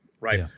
right